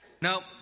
Nope